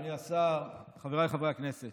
אדוני השר, חבריי חברי הכנסת,